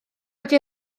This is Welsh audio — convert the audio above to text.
wedi